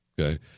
Okay